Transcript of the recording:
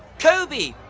kobe,